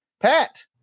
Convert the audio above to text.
Pat